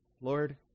Lord